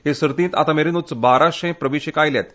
हे सर्तींत आतां मेरेनूच बाराशें प्रवेशिका आयल्यात